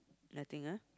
nothing ah